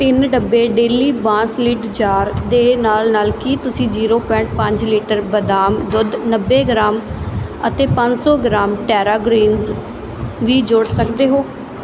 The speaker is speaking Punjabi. ਤਿੰਨ ਡੱਬੇ ਡੇਲੀ ਬਾਸ ਲਿਡ ਜਾਰ ਦੇ ਨਾਲ ਨਾਲ ਕਿ ਤੁਸੀ ਜ਼ੀਰੋ ਪੁਆਇੰਟ ਪੰਜ ਲੀਟਰ ਬਦਾਮ ਦੁੱਧ ਨੱਬੇ ਗ੍ਰਾਮ ਅਤੇ ਪੰਜ ਸੌ ਗ੍ਰਾਮ ਟੈਰਾ ਗ੍ਰੀਨਜ਼ ਵੀ ਜੋੜ ਸਕਦੇ ਹੋ